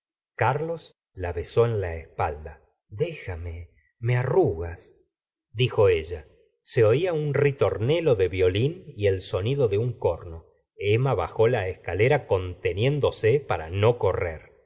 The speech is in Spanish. carlos la besó en la espalda déjame me arrugasdijo ella se oía un ritornello de violín y el sonido de un corno emma bajó la escalera conteniéndose para no correr